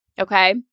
Okay